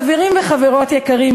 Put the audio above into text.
חברים וחברות יקרים,